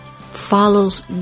Follows